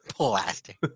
Plastic